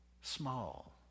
Small